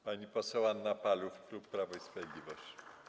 Pani poseł Anna Paluch, klub Prawo i Sprawiedliwość.